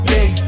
Big